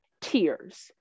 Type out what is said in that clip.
tears